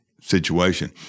situation